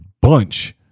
bunch